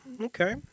Okay